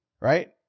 Right